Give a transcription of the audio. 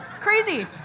crazy